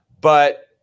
But-